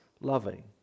loving